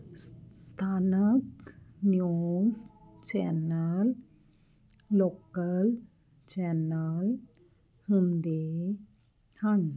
ਸਥਾਨਕ news channel local channel ਹੁੰਦੇ ਹਨ